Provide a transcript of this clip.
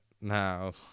now